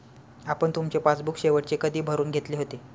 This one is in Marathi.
आपण तुमचे पासबुक शेवटचे कधी भरून घेतले होते?